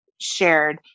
shared